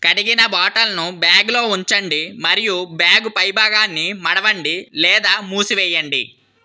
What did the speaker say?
కడిగిన బాటల్ను బ్యాగ్లో ఉంచండి మరియు బ్యాగ్ పైభాగాన్ని మడవండి లేదా మూసివేయండి